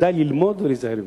שכדאי ללמוד ולהיזהר ממנה.